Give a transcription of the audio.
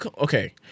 okay